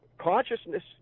Consciousness